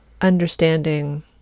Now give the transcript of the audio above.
understanding